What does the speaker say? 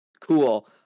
Cool